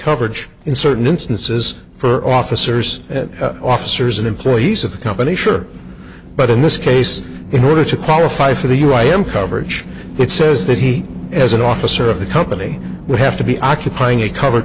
coverage in certain instances for officers and officers and employees of the company sure but in this case in order to qualify for the right m coverage it says that he as an officer of the company would have to be occupying a covered